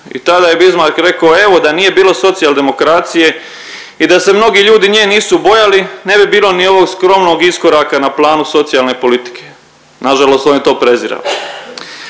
i tada je Bismarck reko, evo da nije bilo socijaldemokracije i da se mnogi ljudi nje nisu bojali ne bi bilo ni ovog skromnog iskoraka na planu socijalne politike, nažalost on je to prezirao.